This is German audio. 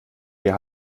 wir